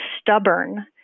stubborn